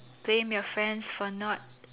blame your friends for not